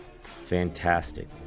Fantastic